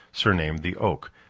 surnamed the oak,